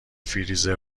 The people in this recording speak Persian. فریزر